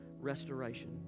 restoration